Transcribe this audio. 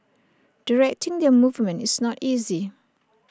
directing their movement is not easy